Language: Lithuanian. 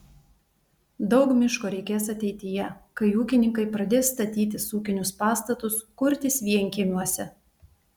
daug miško reikės ateityje kai ūkininkai pradės statytis ūkinius pastatus kurtis vienkiemiuose